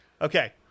Okay